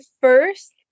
first